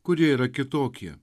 kurie yra kitokie